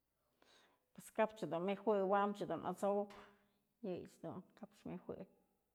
Pues kap ëch dun wi'injuëy, wam ëch dun at'sowëp.